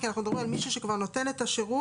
כי אנחנו מדברים על מישהו שכבר נותן את השירות,